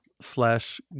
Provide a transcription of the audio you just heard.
slash